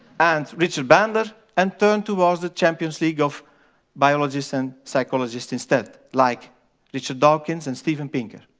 and richard bandler, and turn towards the champions league of biologists and psychologists instead, like richard dawkins and steven pinker.